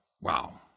Wow